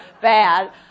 bad